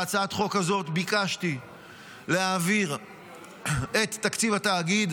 בהצעת החוק הזאת ביקשתי להעביר את תקציב התאגיד,